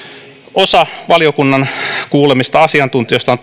osa valiokunnan kuulemista asiantuntijoista